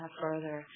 further